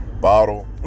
bottle